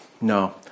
No